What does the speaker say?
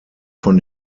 von